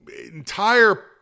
entire